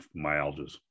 myalgias